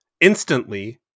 instantly